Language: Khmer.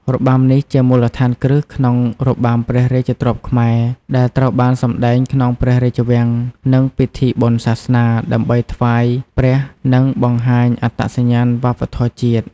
របាំនេះជាមូលដ្ឋានគ្រឹះក្នុងរបាំព្រះរាជទ្រព្យខ្មែរ ដែលត្រូវបានសម្តែងក្នុងព្រះរាជវាំង និងពិធីបុណ្យសាសនា ដើម្បីថ្វាយព្រះ និងបង្ហាញអត្តសញ្ញាណវប្បធម៌ជាតិ។